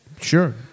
Sure